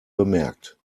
bemerkt